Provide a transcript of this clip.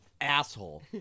asshole